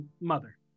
Mother